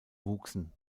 wuchsen